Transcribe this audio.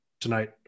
tonight